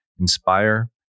inspire